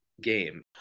game